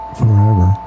forever